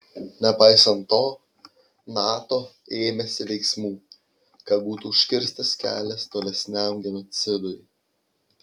nepaisant to nato ėmėsi veiksmų kad būtų užkirstas kelias tolesniam genocidui